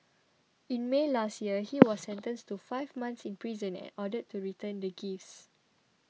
in May last year he was sentenced to five months in prison and ordered to return the gifts